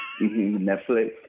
Netflix